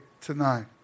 tonight